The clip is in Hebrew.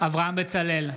אברהם בצלאל,